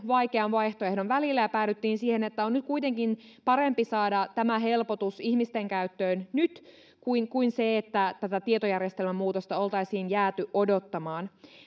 vaikean vaihtoehdon välillä ja päädyttiin siihen että on kuitenkin parempi saada tämä helpotus ihmisten käyttöön nyt kuin kuin että tätä tietojärjestelmämuutosta oltaisiin jääty odottamaan